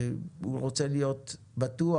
שהוא רוצה להיות בטוח